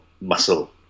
muscle